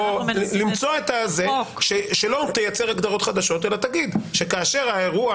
למצוא איזו דרך שלא תייצר הגדרות חדשות אלא תגיד שכאשר האירוע